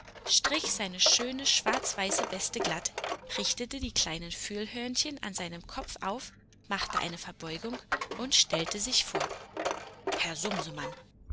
strich seine schöne schwarz weiße weste glatt richtete die kleinen fühlhörnchen an seinem kopf auf machte eine verbeugung und stellte sich vor herr